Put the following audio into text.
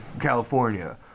California